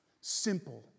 simple